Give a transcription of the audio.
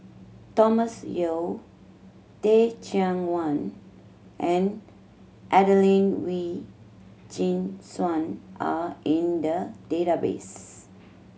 Thomas Yeo Teh Cheang Wan and Adelene Wee Chin Suan are in the database